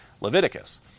Leviticus